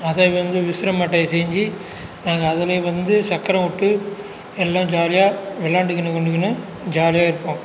அதை வந்து விசிறி மட்டையை செஞ்சு நாங்க அதிலயே வந்து சக்கரம் விட்டு எல்லாம் ஜாலியாக விளையாண்டுகின்னு கொண்டுகின்னு ஜாலியாக இருப்போம்